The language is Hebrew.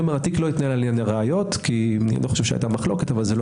התיק לא התנהל על ידי ראיות כי אני לא חושב שהייתה מחלוקת אבל זה לא